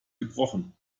gebrochen